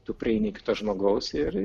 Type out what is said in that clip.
tu prieini iki to žmogaus ir